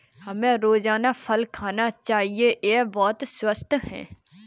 हमें रोजाना फल खाना चाहिए, यह बहुत स्वस्थ है